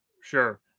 Sure